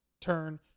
turn